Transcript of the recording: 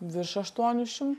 virš aštuonių šim